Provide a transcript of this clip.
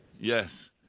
Yes